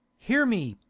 hear me,